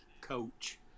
coach